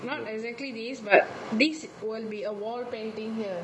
not what exactly this but this will be a wall painting here